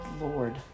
lord